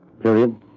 Period